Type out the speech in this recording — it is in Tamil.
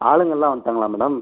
ஆளுங்களெலாம் வந்துட்டாங்களா மேடம்